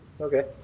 Okay